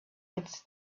its